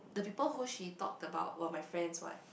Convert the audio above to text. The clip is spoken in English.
the people who she talked about were my friends what